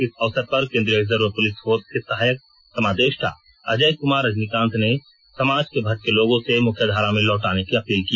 इस अवसर पर केंद्रीय रिजर्व पुलिस फोर्स के सहायक समादेष्टा अजय कुमार रजनीकांत ने समाज के भटके लोगों से मुख्यधारा में लौट आने की अपील की